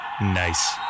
Nice